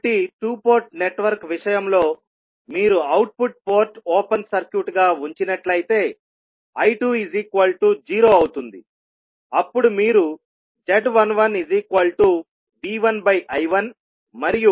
కాబట్టి 2 port network విషయంలో మీరు అవుట్పుట్ పోర్ట్ ఓపెన్ సర్క్యూట్ గా ఉంచినట్లయితే I20అవుతుందిఅప్పుడు మీరు z11V1I1 మరియు z21V2I1